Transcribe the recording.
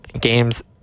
Games